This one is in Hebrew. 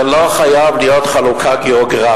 זה לא חייב להיות לפי חלוקה גיאוגרפית,